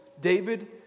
David